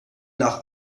nach